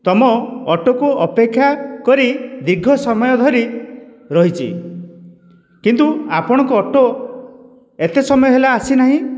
ତୁମ ଅଟୋକୁ ଅପେକ୍ଷା କରି ଦୀର୍ଘ ସମୟ ଧରି ରହିଛି କିନ୍ତୁ ଆପଣଙ୍କ ଅଟୋ ଏତେ ସମୟ ହେଲା ଆସିନାହିଁ